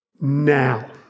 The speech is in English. Now